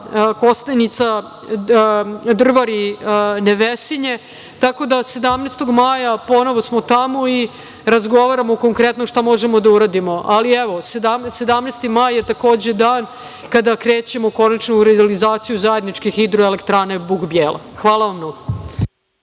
Kostajnica, Drvar i Nevesinje. Tako da smo 17. maja ponovo tamo i razgovaramo konkretno šta možemo da uradimo. Evo, 17. maj je dan kada krećemo konačno u realizaciju zajedničke hidroelektrane Buk Bijela. Hvala vam mnogo.